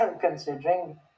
considering